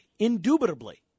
indubitably